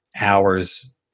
hours